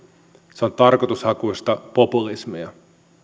se on tarkoitushakuista populismia